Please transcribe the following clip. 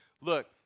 Look